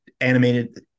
animated